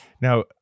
Now